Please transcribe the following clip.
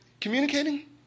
communicating